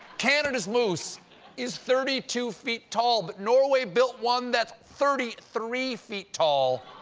canada's moose is thirty two feet tall. but norway built one that's thirty three feet tall,